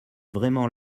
vraiment